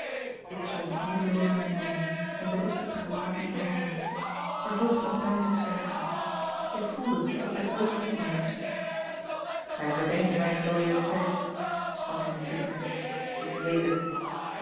ik zonk moedeloos in den mijnen en bedekte het gelaat met de handen er volgde een pijnlijk zwijgen ik voelde dat zijn oog op mij rustte gij verdenkt mijne loyauteit sprak hij met bitterheid ik weet het